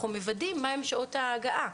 אנחנו מוודאים מה הם שעות ההגעה.